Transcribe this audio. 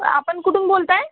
आपण कुठून बोलत आहे